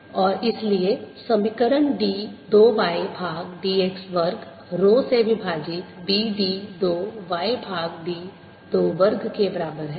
B2yx2ρ2yt2 और इसलिए समीकरण d 2 y भाग dx वर्ग रो से विभाजित B d 2 y भाग d 2 वर्ग के बराबर है